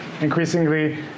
Increasingly